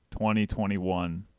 2021